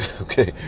okay